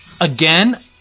Again